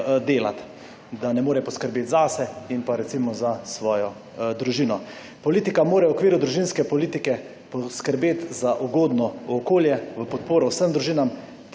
da ne more poskrbeti zase in pa recimo za svojo družino. Politika mora v okviru družinske politike poskrbeti za ugodno okolje v podporo vsem družinam.